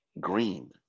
Green